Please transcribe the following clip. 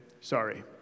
Sorry